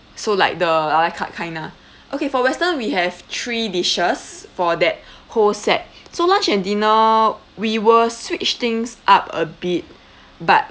so like the a la carte kind lah okay for western we have three dishes for that whole set so lunch and dinner we will switch things up a bit but